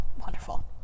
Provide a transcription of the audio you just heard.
Wonderful